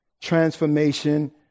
transformation